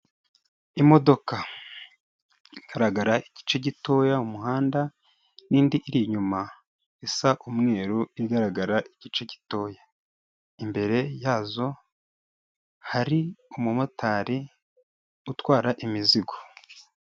Imodoka igaragara igice gitoya mu muhanda, n'indi iri inyuma isa umweru igaragara igice gitoya, imbere yazo hari umumotari utwara imizigo.